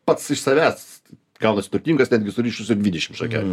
pats iš savęs galas turtingas netgi surišus ir dvidešimt šakelių